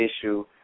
issue